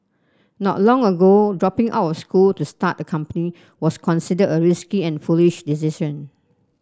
not long ago dropping out of school to start a company was considered a risky and foolish decision